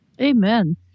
Amen